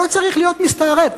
שלא צריך להיות מסתערב,